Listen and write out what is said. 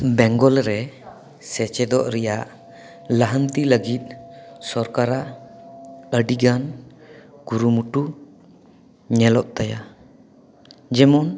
ᱵᱮᱝᱜᱚᱞ ᱨᱮ ᱥᱮᱪᱮᱫᱚᱜ ᱨᱮᱭᱟᱜ ᱞᱟᱦᱟᱱᱛᱤ ᱞᱟᱹᱜᱤᱫ ᱥᱚᱨᱠᱟᱨᱟᱜ ᱟᱹᱰᱤ ᱜᱟᱱ ᱠᱩᱨᱩᱢᱩᱴᱩ ᱧᱮᱞᱚᱜ ᱛᱟᱭᱟ ᱡᱮᱢᱚᱱ